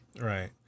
right